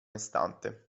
istante